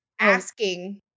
asking